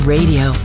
Radio